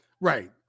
Right